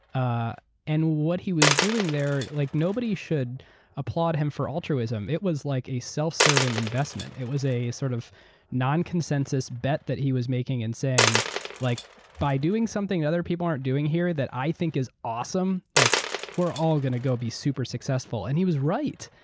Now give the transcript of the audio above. ah and what he was doing there, like nobody should applaud him for altruism. it was like a self-serving investment. it was a sort of non-consensus bet that he was making and saying like by doing something other people aren't doing here that i think is awesome, like we're all going to go be super successful. and he was right.